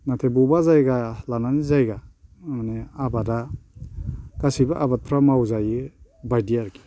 नाथाय बबेबा जायगा लानानै जायगा माने आबादा गासैबो आबादफोरा मावजायो बायदि आरोखि